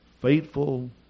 faithful